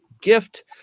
gift